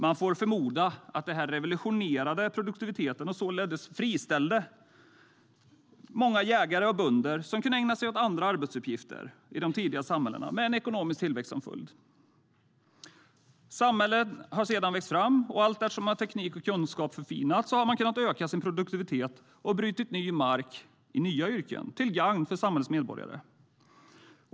Man får förmoda att detta revolutionerade produktiviteten och således friställde många jägare och bönder som kunde ägna sig åt andra arbetsuppgifter i de tidiga samhällena, med ekonomisk tillväxt som följd. Samhällen har sedan växt fram, och allteftersom teknik och kunskap har förfinats har man kunnat öka sin produktivitet och brutit ny mark i nya yrken till gagn för samhällets medborgare.